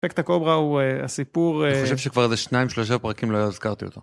אפקט הקוברה הוא הסיפור... אני חושב שכבר איזה שניים שלושה פרקים לא הזכרתי אותו.